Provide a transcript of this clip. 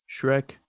Shrek